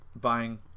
buying